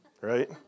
right